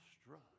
struck